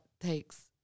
takes